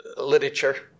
literature